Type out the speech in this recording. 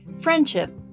Friendship